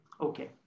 Okay